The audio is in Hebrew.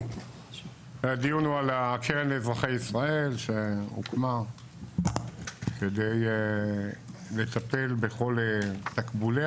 הדיון הוא על הקרן לאזרחי ישראל שהוקמה כדי לטפל בכל תקבולי